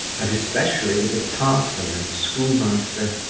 and especially with the parson and schoolmaster.